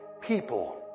people